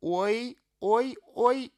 oi oi oi